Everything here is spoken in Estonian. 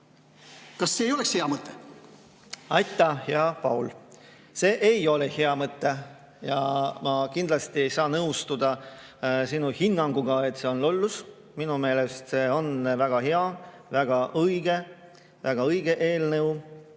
lahendusi lollusteks. Aitäh, hea Paul! See ei ole hea mõte ja ma kindlasti ei saa nõustuda sinu hinnanguga, et see on lollus. Minu meelest see on väga hea, väga õige eelnõu,